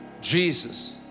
Jesus